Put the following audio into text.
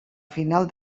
final